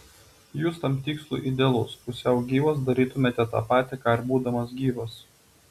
jūs tam tikslui idealus pusiau gyvas darytumėte tą patį ką ir būdamas gyvas